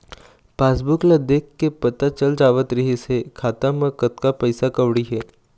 passbook ल देखके पता चल जावत रिहिस हे खाता म कतना पइसा कउड़ी हे